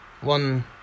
one